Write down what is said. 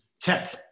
Tech